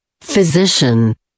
Physician